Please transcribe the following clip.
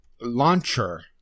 Launcher